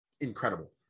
incredible